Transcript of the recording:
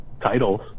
titles